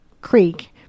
Creek